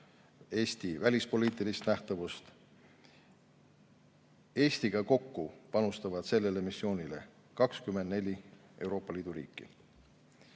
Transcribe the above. Eesti välispoliitilist nähtavust. Eestiga kokku panustavad sellele missioonile 24 Euroopa Liidu riiki. Selle